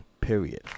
period